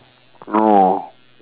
no